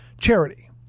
charity